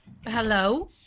Hello